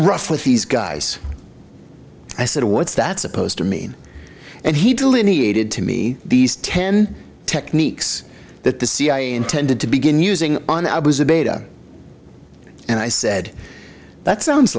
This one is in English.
rough with these guys i said what's that supposed to mean and he delineated to me these ten techniques that the cia intended to begin using and i was a beta and i said that sounds